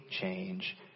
change